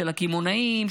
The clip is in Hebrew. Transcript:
של הקמעונאים,